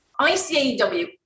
icaw